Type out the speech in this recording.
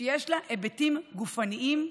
שיש לה היבטים גופניים,